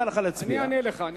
באמצע הדברים.